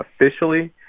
Officially